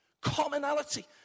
Commonality